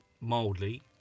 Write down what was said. mildly